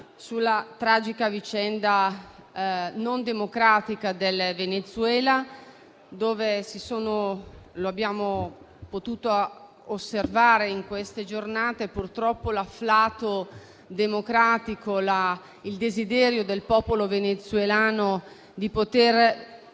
sulla tragica e non democratica vicenda del Venezuela, dove - come abbiamo potuto osservare in queste giornate - purtroppo l'afflato democratico e il desiderio del popolo venezuelano di vedere